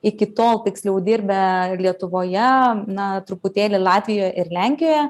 iki tol tiksliau dirbę lietuvoje na truputėlį latvijoje ir lenkijoje